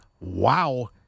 wow